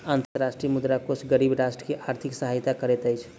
अंतर्राष्ट्रीय मुद्रा कोष गरीब राष्ट्र के आर्थिक सहायता करैत अछि